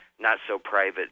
not-so-private